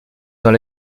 dans